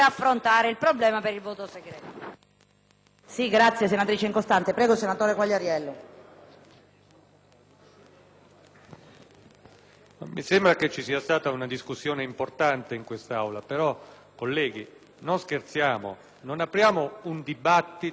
mi sembra che ci sia stata una discussione importante in quest'Aula. Però, colleghi, non scherziamo. Non apriamo un dibattito sulle decisioni della Presidenza.